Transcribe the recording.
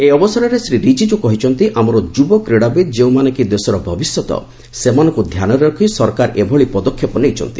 ଏହି ଅବସରରେ ଶ୍ରୀ ରିଜିକୁ କହିଛନ୍ତି ଆମର ଯୁବ କ୍ରୀଡ଼ାବିତ୍ ଯେଉଁମାନେକି ଦେଶର ଭବିଷ୍ୟତ ସେମାନଙ୍କୁ ଧ୍ୟାନରେ ରଖି ସରକାର ଏଭଳି ପଦକ୍ଷେପ ନେଇଛନ୍ତି